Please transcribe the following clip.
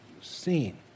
seen